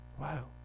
Wow